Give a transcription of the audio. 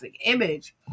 image